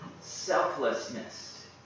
selflessness